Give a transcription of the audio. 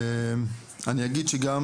אני אגיד שגם